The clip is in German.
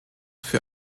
für